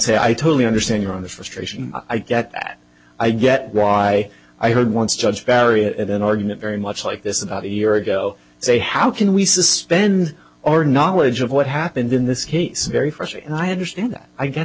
say i totally understand your on the frustration i get i get why i heard once judge barrett an argument very much like this about a year ago say how can we suspend our knowledge of what happened in this case very first and i understand